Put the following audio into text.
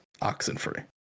Oxenfree